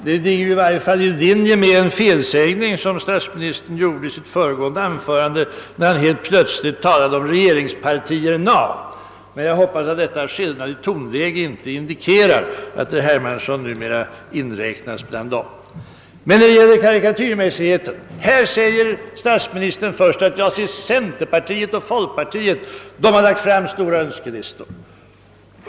Det ligger i varje fall i linje med en felsägning som statsministern gjorde i sitt föregående anförande, när han plötsligt talade om regeringspartierna. Jag hoppas att denna skillnad i tonläge inte indikerar att herr Hermanssons parti nu räknas som sådant. För övrigt blev statsministern litet väl karikatyrmässig i sitt svar. Statsministern säger först: Ja, se centerpartiet och folkpartiet, de har lagt fram stora önskelistor.